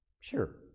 sure